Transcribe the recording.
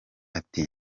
ati